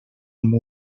amb